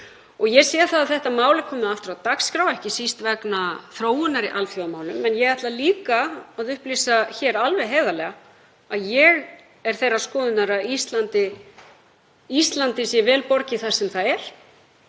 Ég sé að þetta mál er komið aftur á dagskrá, ekki síst vegna þróunar í alþjóðamálum. En ég ætla að líka að upplýsa það alveg heiðarlega að ég er þeirrar skoðunar að Íslandi sé vel borgið þar sem það er,